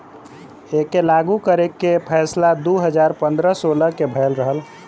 एके लागू करे के फैसला दू हज़ार पन्द्रह सोलह मे भयल रहल